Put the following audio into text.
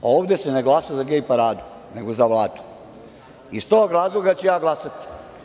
Ovde se ne glasa za gej paradu, nego za Vladu i iz tog razloga ću ja glasati.